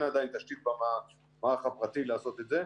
עדיין תשתית במערך הפרטי לעשות את זה.